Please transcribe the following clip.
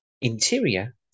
Interior